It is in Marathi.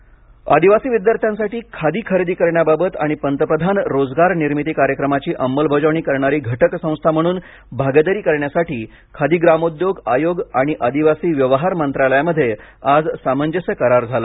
खादी करार आदिवासी विद्यार्थ्यांसाठी खादी खरेदी करण्याबाबत आणि पंतप्रधान रोजगार निर्मिती कार्यक्रमची अंमलबजावणी करणारी घटक संस्था म्हणून भागीदारी करण्यासाठी खादी ग्रामोद्योग आयोग आणि आदिवासी व्यवहार मंत्रालयामध्ये आज सामंजस्य करार झाला